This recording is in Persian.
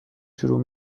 شروع